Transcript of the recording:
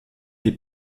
des